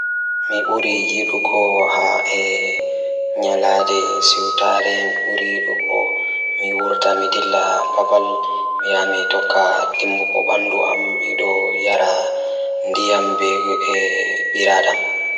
So tawii miɗo njiddaade fiyaangu ngal e nder haɓɓe, miɗo waawde njiddaade goɗɗo ngal sabu goɗɗo fiyaangu ngal rewɓe ngal. Mi njiddaade sabu ko fiyaangu ngal njiddaade goɗɗo ngal ngam njangol, ngam fayoore, ko ndiyam ngal ngal.